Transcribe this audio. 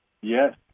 Yes